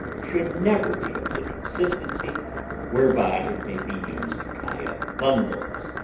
should never be of the consistency whereby it may be used tie up bundles,